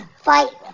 fight